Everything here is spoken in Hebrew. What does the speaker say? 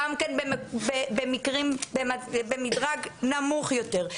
גם במקרים במדרג נמוך יותר.